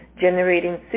generating